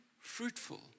fruitful